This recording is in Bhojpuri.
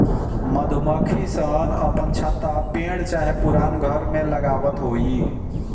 मधुमक्खी सन अपन छत्ता पेड़ चाहे पुरान घर में लगावत होई